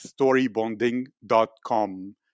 storybonding.com